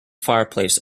fireplace